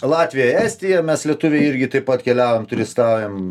latvija estija mes lietuviai irgi taip pat keliaujam turistaujam